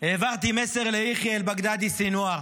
העברתי מסר ליחיא אל-בגדדי סנוואר,